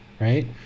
right